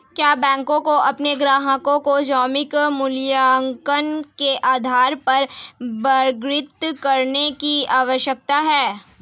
क्या बैंकों को अपने ग्राहकों को जोखिम मूल्यांकन के आधार पर वर्गीकृत करने की आवश्यकता है?